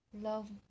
Love